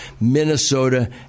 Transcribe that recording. Minnesota